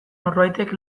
norbaitek